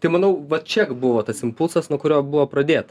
tai manau va čia buvo tas impulsas nuo kurio buvo pradėt